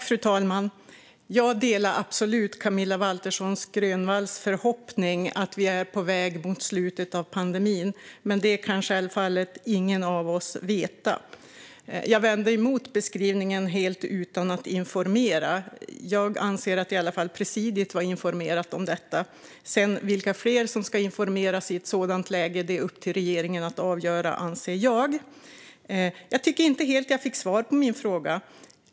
Fru talman! Jag delar absolut Camilla Waltersson Grönvalls förhoppning att vi är på väg mot slutet av pandemin, men det kan självfallet ingen av oss veta. Jag vänder mig mot beskrivningen "helt utan att informera". Jag anser att i alla fall presidiet var informerat om detta. Vilka fler som sedan ska informeras i ett sådant läge är upp till regeringen att avgöra, anser jag. Jag tycker inte att jag riktigt fick svar på min fråga.